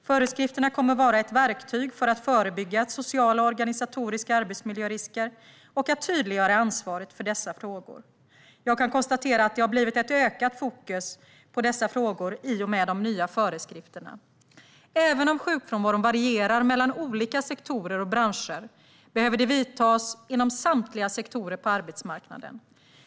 Föreskrifterna kommer att vara ett verktyg för att förebygga sociala och organisatoriska arbetsmiljörisker och att tydliggöra ansvaret för dessa frågor. Jag kan konstatera att det har blivit ett ökat fokus på dessa frågor i och med de nya föreskrifterna. Även om sjukfrånvaron varierar mellan olika sektorer och branscher behöver det vidtas åtgärder inom samtliga sektorer på arbetsmarknaden.